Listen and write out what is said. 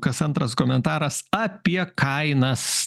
kas antras komentaras apie kainas